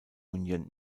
union